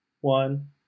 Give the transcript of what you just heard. one